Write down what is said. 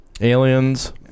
Aliens